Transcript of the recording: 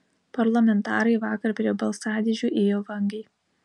parlamentarai vakar prie balsadėžių ėjo vangiai